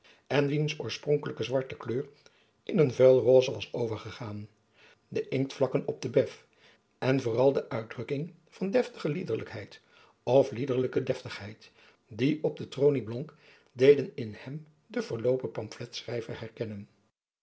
en wiens oorspronkelijke zwarte kleur in een vuil rosse was overgegaan de inktvlakken op den bef en vooral de uitdrukking van deftige liederlijkheid of liederlijke deftigheid die op de tronie blonk deden in hem den verloopen pamfletschrijver herkennen